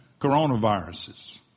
coronaviruses